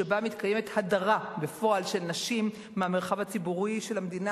שבה מתקיימת הדרה בפועל של נשים מהמרחב הציבורי של המדינה,